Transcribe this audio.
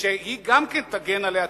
שהיא גם תגן על העתיד,